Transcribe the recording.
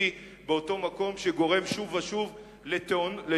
באותו מקום שגורם שוב ושוב לתאונות,